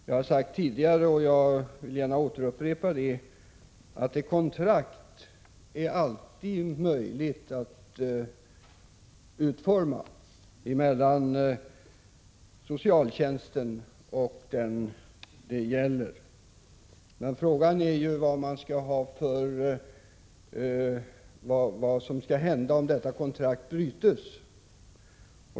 Jag har sagt det tidigare, och jag vill gärna upprepa det, att ett kontrakt är det alltid möjligt att utforma mellan socialtjänsten och den det gäller. Men frågan är ju vad som skall hända om detta kontrakt bryts.